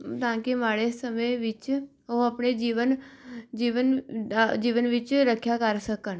ਤਾਂ ਕਿ ਮਾੜੇ ਸਮੇਂ ਵਿੱਚ ਉਹ ਆਪਣੇ ਜੀਵਨ ਜੀਵਨ ਡ ਜੀਵਨ ਵਿੱਚ ਰੱਖਿਆ ਕਰ ਸਕਣ